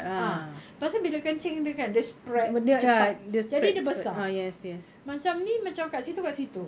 ah pasal bila kencing dia kan dia spread jadi dia besar